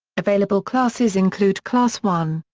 available classes include class one,